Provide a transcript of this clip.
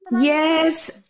Yes